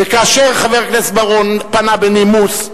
וכאשר חבר הכנסת בר-און פנה בנימוס,